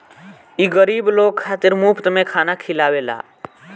ई गरीब लोग खातिर मुफ्त में खाना खिआवेला